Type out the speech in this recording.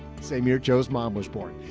same year joe's mom was born.